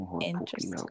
interesting